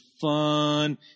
fun